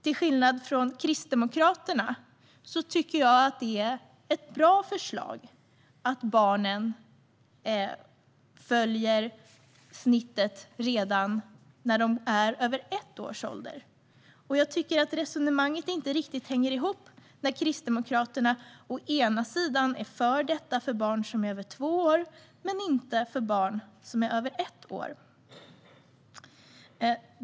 Till skillnad från Kristdemokraterna tycker jag att det är ett bra förslag att barnen följer snittet redan när de är över ett års ålder, och jag tycker att resonemanget inte riktigt hänger ihop när Kristdemokraterna är för detta när det gäller barn som är över två år men inte när det gäller barn som är över ett år.